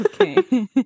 Okay